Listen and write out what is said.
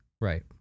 Right